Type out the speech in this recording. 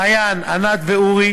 מעיין, ענת ואורי.